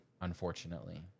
unfortunately